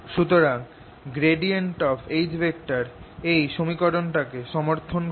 সুতরাং H এই সমীকরণটাকে সমর্থন করে